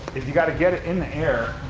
you gotta get it in the air,